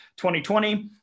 2020